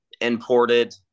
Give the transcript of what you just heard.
imported